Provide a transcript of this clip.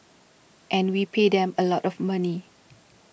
and we pay them a lot of money